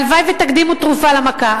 והלוואי שתקדימו תרופה למכה,